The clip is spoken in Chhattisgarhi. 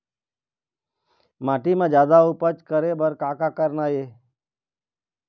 माटी म जादा उपज करे बर का करना ये?